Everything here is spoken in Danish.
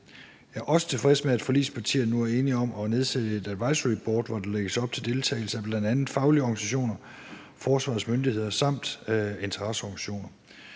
Jeg er også tilfreds med, at forligspartierne nu er enige om at nedsætte et advisoryboard, hvor der lægges op til deltagelse af bl.a. faglige organisationer, forsvarets myndigheder samt interesseorganisationer.